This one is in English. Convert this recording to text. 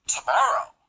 Tomorrow